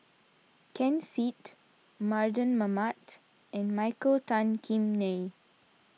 Ken Seet Mardan Mamat and Michael Tan Kim Nei